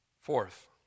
Fourth